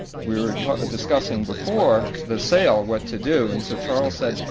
we were discussing before the sale, what to do. and so charles said,